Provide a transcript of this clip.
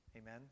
Amen